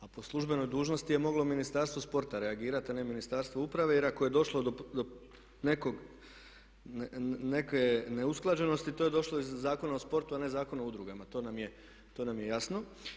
A po službenoj dužnosti je moglo Ministarstvo sporta reagirati a ne Ministarstvo uprave jer ako je došlo do neke neusklađenosti to je došlo iz Zakona o sportu a ne Zakona o udrugama, to nam je jasno.